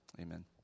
amen